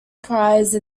prize